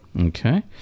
okay